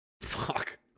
fuck